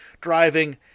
driving